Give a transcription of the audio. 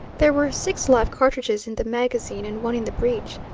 there were six live cartridges in the magazine and one in the breach.